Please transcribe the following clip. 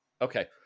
Okay